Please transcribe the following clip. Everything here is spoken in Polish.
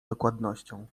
dokładnością